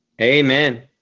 Amen